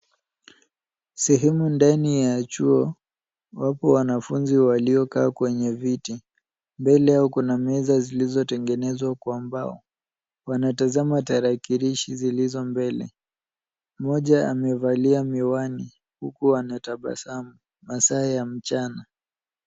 Sehemu ndani ya chuo ambapo wanafunzi waliokaa kwenye viti, mbele yao kuna meza zilizotengenezwa kwa mbao, wanatazama tarakilishi zilizo mbele. Mmoja amevalia miwani, huku anatabasamu masaa ya mchana.